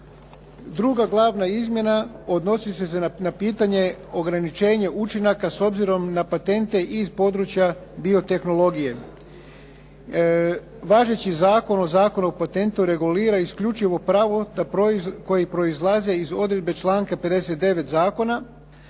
Druga glavna izmjena odnosit će se na pitanje ograničenje učinaka s obzirom na patente iz područja biotehnologije. Važeći zakon o Zakonu o patentu regulira isključivo pravo koji proizlaze iz odredbe članka 59. zakona,